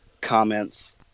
comments